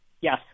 Yes